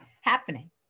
happening